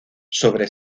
sobre